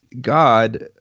god